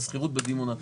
והשכירות בדימונה תעלה.